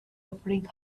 offering